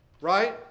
Right